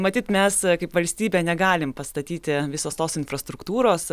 matyt mes kaip valstybė negalim pastatyti visos tos infrastruktūros